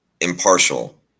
impartial